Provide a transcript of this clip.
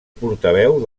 portaveu